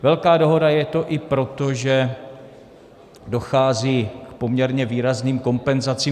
Velká dohoda je to i proto, že dochází k poměrně výrazným kompenzacím.